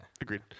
Agreed